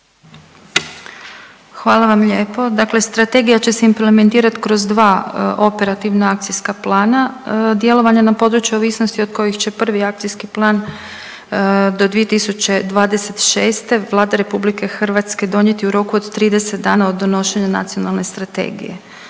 Hvala vam lijepo. Dakle, strategija će se implementirati kroz dva operativna akcijska plana djelovanja na području ovisnosti od kojih će prvi akcijski plan do 2026. Vlada RH donijeti u roku od 30 dana od donošenja nacionalne strategije.